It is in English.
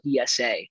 ESA